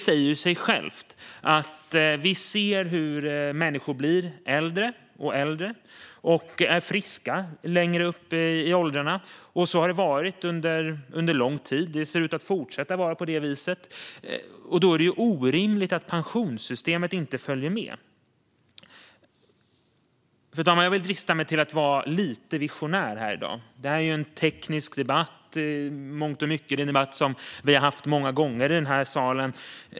Vi ser hur människor blir äldre och äldre och är friska längre upp i åldrarna. Så har det varit under lång tid, och det ser ut att fortsätta vara på det viset. Då säger det sig självt att det är orimligt att pensionssystemet inte följer med. Fru talman! Jag vill drista mig till att vara lite visionär här i dag. Detta är i mångt och mycket en teknisk debatt och en debatt som vi har haft många gånger i den här salen.